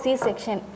C-section